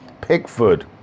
Pickford